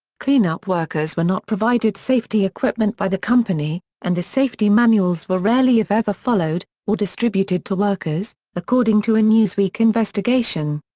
cleanup workers were not provided safety equipment by the company, and the safety manuals were rarely if ever followed, or distributed to workers, according to a newsweek investigation.